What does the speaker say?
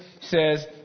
says